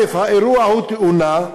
1. האירוע הוא תאונה,